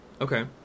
Okay